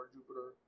Jupiter